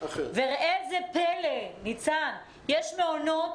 וראה איזה פלא, ניצן, יש מעונות